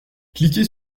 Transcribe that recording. cliquez